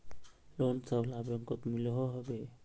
Loan सबला बैंकोत मिलोहो होबे?